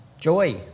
Joy